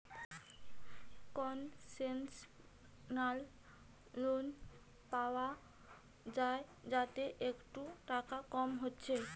concessional loan পায়া যায় যাতে একটু টাকা কম হচ্ছে